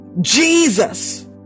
Jesus